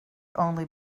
only